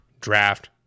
Draft